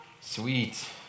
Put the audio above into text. Sweet